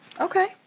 Okay